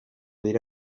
dira